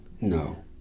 No